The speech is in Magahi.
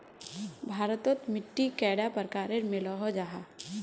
भारत तोत मिट्टी कैडा प्रकारेर मिलोहो जाहा?